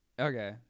Okay